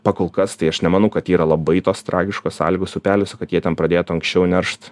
pakolkas tai aš nemanau kad yra labai tos tragiškos sąlygos upeliuose kad jie ten pradėtų anksčiau neršt